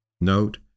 Note